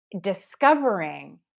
discovering